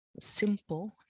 Simple